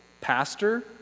pastor